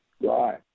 right